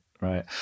right